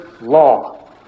law